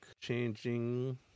changing